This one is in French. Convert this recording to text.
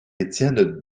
étienne